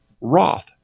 Roth